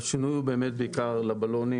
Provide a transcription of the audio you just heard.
השינוי הוא באמת בעיקר לבלונים.